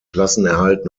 klassenerhalt